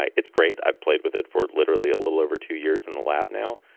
ah it's great, i've played with it for literally a little over two years in the lab now.